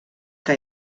que